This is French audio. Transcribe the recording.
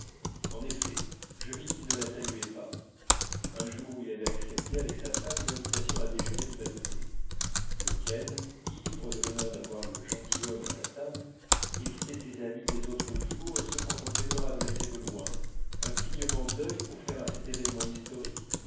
en effet je vis qu'il ne la saluait pas un jour où il avait accepté avec sa femme une invitation à déjeuner du bâtonnier lequel ivre de l'honneur d'avoir le gentilhomme à sa table évitait ses amis des autres jours et se contentait de leur adresser de loin un clignement d'œil pour faire à cet événement historique